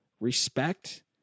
respect